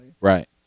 Right